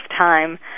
time